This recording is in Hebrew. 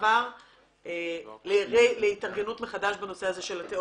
עד אוקטובר היינו בירידה מדהימה של למעלה מ-20%.